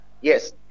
yes